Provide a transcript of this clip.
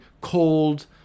cold